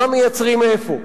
מה מייצרים איפה.